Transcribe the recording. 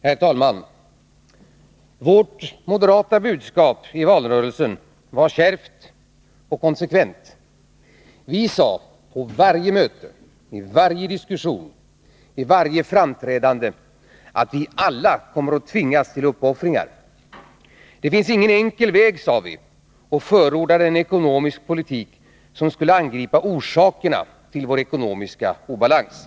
Herr talman! Vårt moderata budskap i valrörelsen var kärvt och konsekvent. Vi sade — på varje möte, i varje diskussion, i varje framträdande — att vi alla kommer att tvingas till uppoffringar. Det finns ingen enkel väg, sade vi, och förordade en ekonomisk politik som skulle angripa orsakerna till vår ekonomiska obalans.